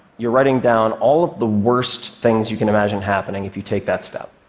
you're writing down all of the worst things you can imagine happening if you take that step.